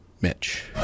Mitch